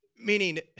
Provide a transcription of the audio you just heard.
Meaning